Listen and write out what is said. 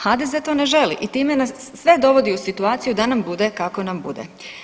HDZ to ne želi i time nas sve dovodi u situaciju da nam bude kako nam bude.